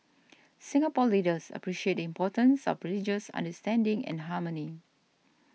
Singapore leaders appreciate the importance of religious understanding and harmony